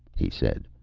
he said.